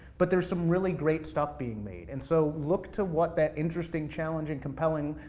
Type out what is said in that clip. but there's some really great stuff being made. and so look to what that interesting, challenging, compelling,